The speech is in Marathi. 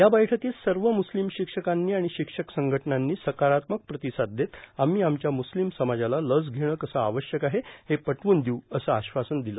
या बैठकीत सर्व म्स्लीम शिक्षकांनी आणि शिक्षक संघटनांनी सकारात्मक प्रतिसाद देत आम्ही आमच्या म्स्लीम समाजाला लस घेणे कसे आवश्यक आहे हे पटवून देऊ असे आश्वासन दिले